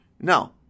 No